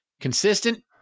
consistent